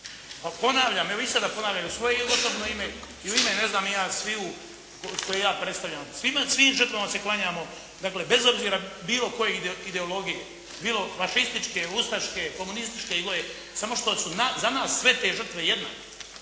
ponavljam, evo i sada ponavljam i u svoje osobno ime i u ime ne znam ja, sviju koje ja predstavljam. Svima, svim žrtvama se klanjamo, dakle, bez obzira koje ideologije. Bilo fašističke, ustaške, komunističke, samo što su za nas sve te žrtve jednake.